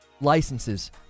licenses